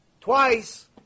Twice